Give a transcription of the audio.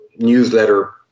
newsletter